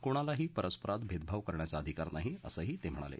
कोणालाही परस्परात भेदभाव करण्याचा अधिकार नाही असंही ते म्हणाले